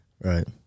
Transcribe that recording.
right